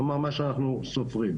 כלומר מה שאנחנו סופרים,